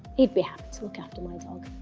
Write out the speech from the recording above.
he'd be happy to look after my dog.